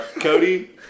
Cody